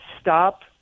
Stop